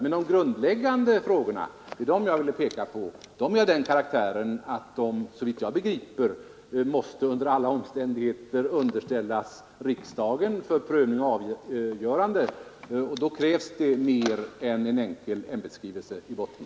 Men de grundläggande frågorna — och det är dem som jag ville peka på — har den karaktären att de såvitt jag begriper under alla omständigheter måste underställas riksdagen för prövning och avgörande, och då krävs det mer än en enkel ämbetsskrivelse i botten.